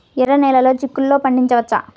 ఎర్ర నెలలో చిక్కుల్లో పండించవచ్చా?